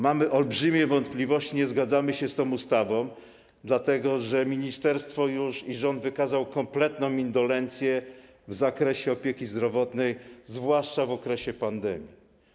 Mamy olbrzymie wątpliwości, nie zgadzamy się z tą ustawą, dlatego że ministerstwo i rząd wykazały kompletną indolencję w zakresie opieki zdrowotnej, zwłaszcza w okresie pandemii.